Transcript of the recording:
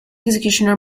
executioner